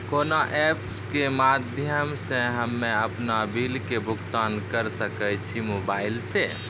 कोना ऐप्स के माध्यम से हम्मे अपन बिल के भुगतान करऽ सके छी मोबाइल से?